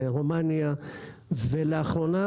רומניה ולאחרונה,